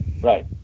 Right